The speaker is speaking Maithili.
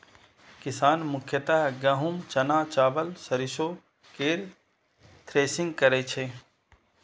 किसान मुख्यतः गहूम, चना, चावल, सरिसो केर थ्रेसिंग करै छै